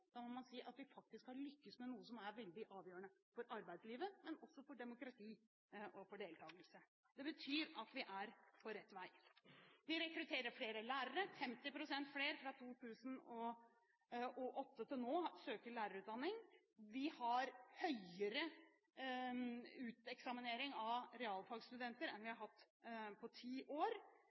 Da må en si at vi faktisk har lyktes med noe som er veldig avgjørende for arbeidslivet, og for demokrati og deltakelse. Det betyr at vi er på rett vei. Vi rekrutterer flere lærere – 50 pst. flere fra 2008 til nå søker lærerutdanning. Vi har høyere uteksaminering av realfagstudenter enn vi har hatt på ti år.